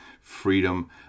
freedom